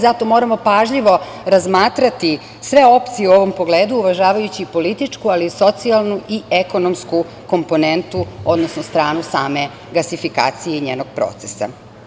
Zato moramo pažljivo razmatrati sve opcije u ovom pogledu, uvažavajući i političku, ali i socijalnu i ekonomsku komponentu, odnosno stranu same gasifikacije i njenog procesa.